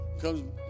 comes